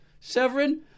Severin